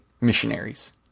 missionaries